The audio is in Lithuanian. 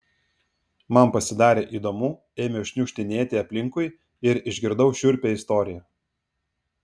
man pasidarė įdomu ėmiau šniukštinėti aplinkui ir išgirdau šiurpią istoriją